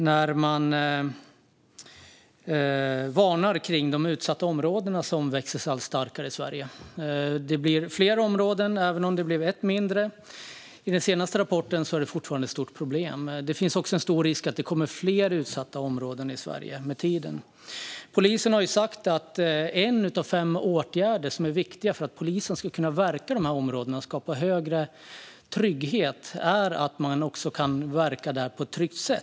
Polisen varnar för att utsatta områden växer sig allt starkare i Sverige. Det blir fler områden, även om det nu blivit ett mindre. I den senaste rapporten är det fortfarande ett stort problem. Det finns också en stor risk att det med tiden blir fler utsatta områden i Sverige. Polisen har sagt att en av fem åtgärder som är viktiga för att den ska kunna verka i dessa områden för att skapa större trygghet är att den själv kan verka där på ett tryggt sätt.